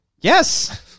Yes